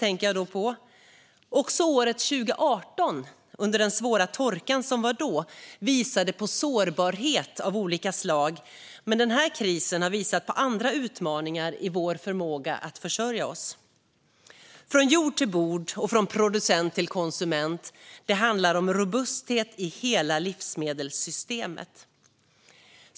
År 2018, med den svåra torka som var då, visade på sårbarheter av olika slag. Men den här krisen har visat på andra utmaningar i vår förmåga att försörja oss. Från jord till bord och från producent till konsument handlar om robusthet i hela livsmedelssystemet.